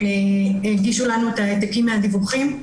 הגישו לנו העתקים מהדיווחים.